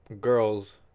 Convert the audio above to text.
girls